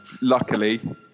luckily